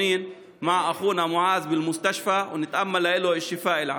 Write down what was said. הזדהות עם אחינו מועאז שבבית החולים ונאחל לו החלמה מהירה.)